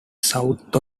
south